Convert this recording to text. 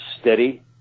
steady